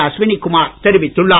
அஸ்வினி குமார் தெரிவித்துள்ளார்